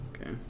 Okay